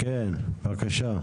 כן בבקשה.